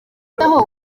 aho